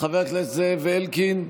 חבר הכנסת זאב אלקין,